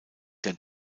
der